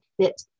fit